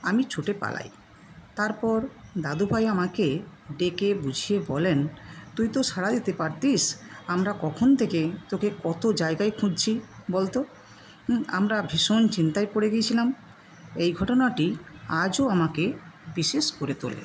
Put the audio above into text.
আমি ছুটে পালাই তারপর দাদুভাই আমাকে ডেকে বুঝিয়ে বলেন তুই তো সাড়া দিতে পারতিস আমরা কখন থেকে তোকে কত জায়গায় খুঁজছি বলতো আমরা ভীষণ চিন্তায় পড়ে গিয়েছিলাম এই ঘটনাটি আজও আমাকে বিশেষ করে তোলে